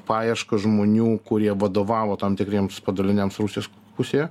paieška žmonių kurie vadovavo tam tikriems padaliniams rusijos pusėje